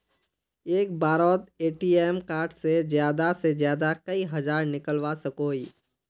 एक बारोत ATM card से ज्यादा से ज्यादा कई हजार निकलवा सकोहो ही?